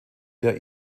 der